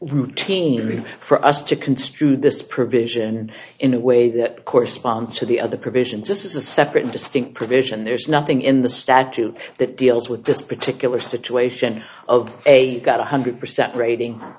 routinely for us to construe this provision in a way that corresponds to the other provisions this is a separate and distinct provision there's nothing in the statute that deals with this particular situation a got one hundred percent rating